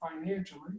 financially